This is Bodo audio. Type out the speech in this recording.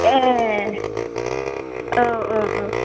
एह औ औ औ